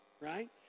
right